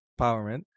empowerment